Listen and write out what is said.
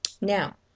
Now